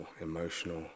emotional